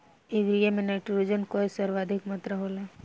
urea में nitrogen कअ सर्वाधिक मात्रा होला